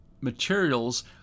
materials